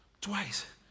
twice